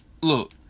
look